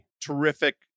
terrific